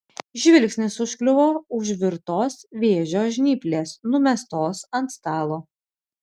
žvilgsnis užkliuvo už virtos vėžio žnyplės numestos ant stalo